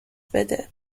بده